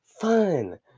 fun